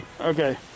Okay